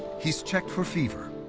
he's checked for fever,